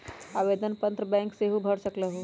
आवेदन पत्र बैंक सेहु भर सकलु ह?